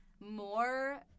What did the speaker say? more